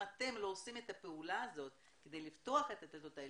אתם לא עושים את הפעולה הזאת כדי לפתוח את הדלתות האלה,